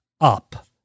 Up